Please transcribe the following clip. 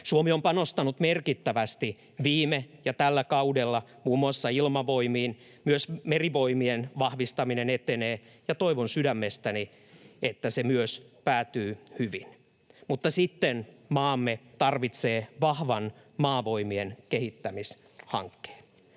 Suomi on panostanut merkittävästi viime ja tällä kaudella muun muassa Ilmavoimiin. Myös Merivoimien vahvistaminen etenee, ja toivon sydämestäni, että se myös päättyy hyvin, mutta sitten maamme tarvitsee vahvan Maavoimien kehittämishankkeen.